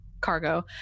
cargo